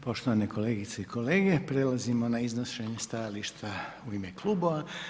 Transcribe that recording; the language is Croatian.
Poštovane kolegice i kolege, prelazimo na iznošenje stajališta u ime klubova.